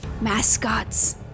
mascots